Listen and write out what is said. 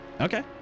Okay